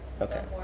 Okay